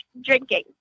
drinking